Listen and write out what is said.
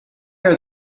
are